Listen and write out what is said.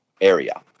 area